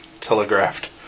telegraphed